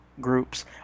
groups